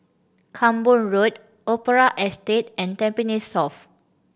Camborne Road Opera Estate and Tampines South